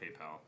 PayPal